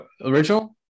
Original